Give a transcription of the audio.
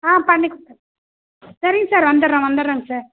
ஆ பண்ணி கொடுத்துட்றோம் சரிங்க சார் வந்துர்றோம் வந்துடுறோங்க சார்